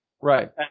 Right